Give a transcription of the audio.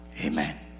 amen